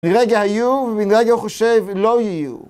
‫לרגע היו, ובין רגע הוא חושב, ‫לא יהיו.